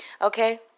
Okay